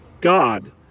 God